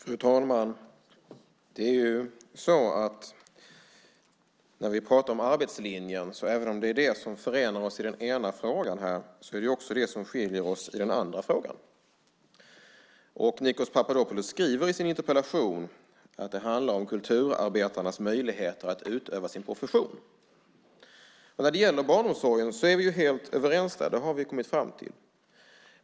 Fru talman! Även om det är arbetslinjen som förenar oss i den ena frågan är det också det som skiljer oss åt i den andra frågan. Nikos Papadopoulos skriver i sin interpellation att det handlar om kulturarbetarnas möjligheter att utöva sin profession. När det gäller barnomsorgen är vi helt överens; det har vi kommit fram till.